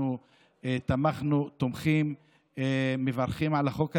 אנחנו תמכנו, תומכים ומברכים על החוק הזה.